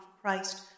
Christ